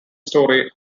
story